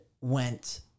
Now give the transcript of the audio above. went